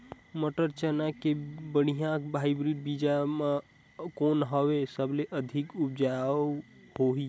मटर, चना के बढ़िया हाईब्रिड बीजा कौन हवय? सबले अधिक उपज होही?